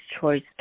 Choice